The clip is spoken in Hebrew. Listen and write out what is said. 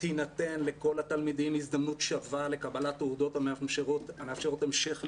"תינתן לכל התלמידים הזדמנות שווה לקבלת תעודות המאפשרות המשך לימודים"